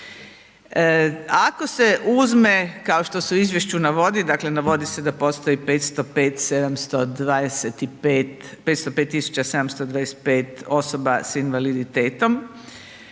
Ako se uzme kao što se u izvješću navodi, dakle, navodi se da postoji 505, 725, 505 tisuća 725 osoba s invaliditetom,